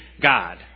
God